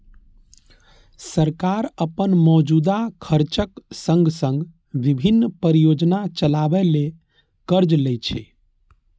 सरकार अपन मौजूदा खर्चक संग संग विभिन्न परियोजना चलाबै ले कर्ज लै छै